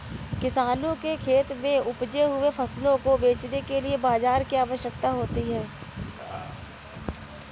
किसानों के खेत में उपजे हुए फसलों को बेचने के लिए बाजार की आवश्यकता होती है